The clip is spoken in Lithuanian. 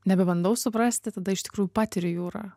nebebandau suprasti tada iš tikrųjų patiriu jūrą